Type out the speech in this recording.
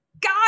God